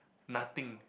nothing